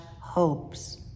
hopes